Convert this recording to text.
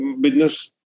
business